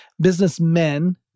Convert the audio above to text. businessmen